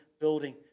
building